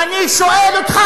ואני שואל אותך,